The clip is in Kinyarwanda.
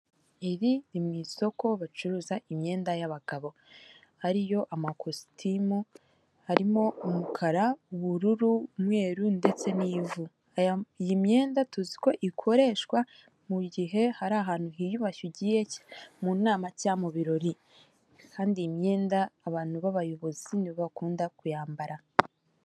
Iri ni mu isoko bacuruza imyenda y'abagabo ariyo amakositimu harimo umukara, ubururu umweru ndetse n'ivu, iyi myenda tuzi ko ikoreshwa mu gihe hari ahantu hiyubashye ugiye mu nama cyangwa mu birori kandi iyi myenda abantu b'abayobozi nibo ntibakunda kuyambara.